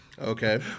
Okay